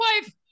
wife